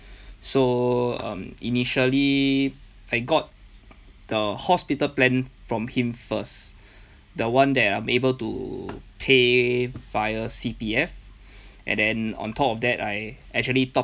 so um initially I got the hospital plan from him first the one that I'm able to pay via C_P_F and then on top of that I actually top